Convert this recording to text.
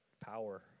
power